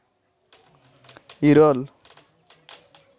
ᱤᱨᱟᱹᱞ